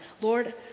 Lord